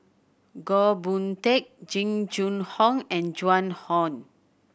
Goh Boon Teck Jing Jun Hong and Joan Hon